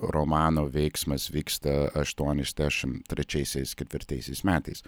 romano veiksmas vyksta aštuoniasdešimt trečiaisiais ketvirtaisiais metais